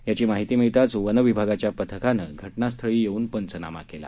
याची माहिती मिळताचं वनविभागाच्या पथकान घटनास्थळी येऊन पंचनामा केला